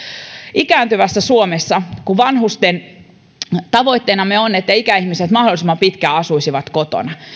ikääntyvässä suomessa kun tavoitteenamme on että ikäihmiset mahdollisimman pitkään asuisivat kotona